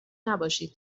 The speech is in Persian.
نباشید